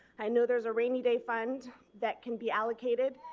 i know there's a rainy day fund that can be allocated,